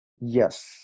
Yes